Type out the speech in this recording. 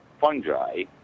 fungi